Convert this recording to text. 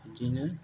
बिदिनो